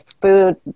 food